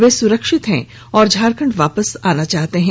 वे सुरक्षित हैं और झारखंड वापस आना चाहते हैं